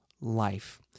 life